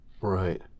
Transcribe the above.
right